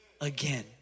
again